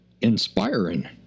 inspiring